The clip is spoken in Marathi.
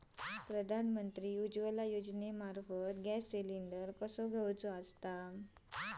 प्रधानमंत्री उज्वला योजनेमार्फत गॅस सिलिंडर कसो घेऊचो?